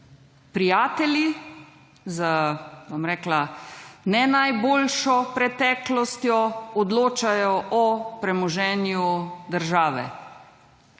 Prijatelji z, bom rekla, ne najboljšo preteklostjo odločajo o premoženju države.